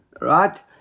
right